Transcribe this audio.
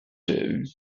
wird